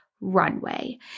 runway